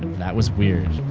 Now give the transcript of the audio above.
that was weird.